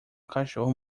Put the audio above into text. cachorro